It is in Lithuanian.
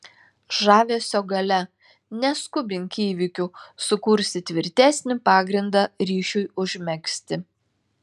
žavesio galia neskubink įvykių sukursi tvirtesnį pagrindą ryšiui užmegzti